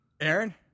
Aaron